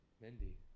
Mindy